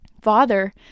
father